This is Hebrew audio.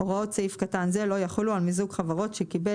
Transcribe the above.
הוראות סעיף קטן זה לא יחולו על מיזוג חברות שקיבל